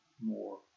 more